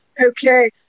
Okay